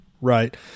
right